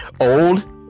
old